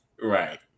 Right